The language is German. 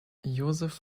josef